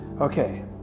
Okay